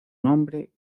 nombre